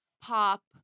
pop